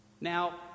Now